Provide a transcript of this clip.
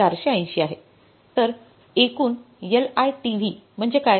तर एकूण LITV म्हणजे काय